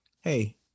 Hey